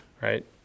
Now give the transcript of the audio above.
right